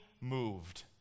moved